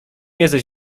jesteś